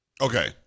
Okay